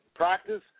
practice